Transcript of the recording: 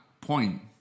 point